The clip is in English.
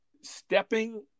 stepping